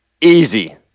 Easy